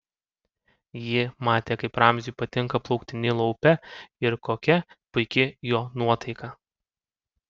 ji matė kaip ramziui patinka plaukti nilo upe ir kokia puiki jo nuotaika